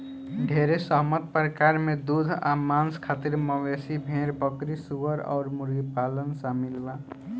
ढेरे सहमत प्रकार में दूध आ मांस खातिर मवेशी, भेड़, बकरी, सूअर अउर मुर्गी पालन शामिल बा